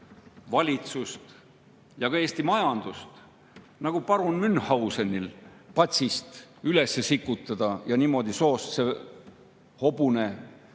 valitsust ja ka Eesti majandust nagu parun Münchhausenil patsist üles sikutada ja niimoodi soost see hobune,